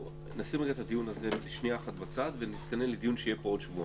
נשים את הדיון הזה שנייה אחת בצד ונתכונן לדיון שיהיה פה בעוד שבועיים.